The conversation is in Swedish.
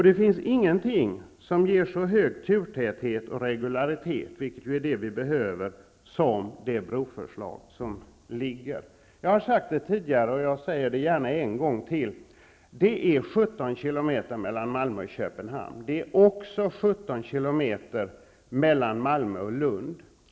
Det finns inget som ger så hög turtäthet och regularitet, vilket är det vi behöver, som det broförslag som har lagts fram. Jag har sagt det tidigare och jag säger det gärna en gång till: Det är 17 km mellan Malmö och Köpenhamn. Det är också 17 km mellan Malmö och Lund.